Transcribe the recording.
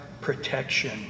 protection